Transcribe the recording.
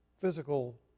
physical